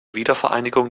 wiedervereinigung